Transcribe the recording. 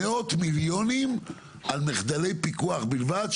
מאות מיליונים על מחדלי פיקוח בלבד,